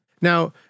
Now